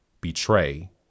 betray